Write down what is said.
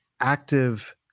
active